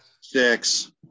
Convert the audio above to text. Six